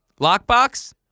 Lockbox